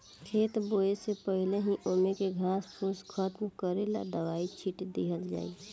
खेत बोवे से पहिले ही ओमे के घास फूस खतम करेला दवाई छिट दिहल जाइ